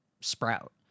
sprout